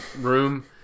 room